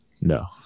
No